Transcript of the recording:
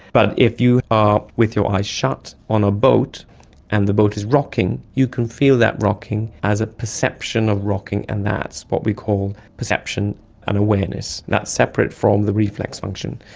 but if you are with your eyes shut on a boat and the boat is rocking, you can feel that rocking as a perception of rocking and that's what we call perception and awareness, that's separate from the reflex function.